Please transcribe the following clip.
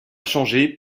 changé